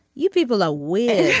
you people are weird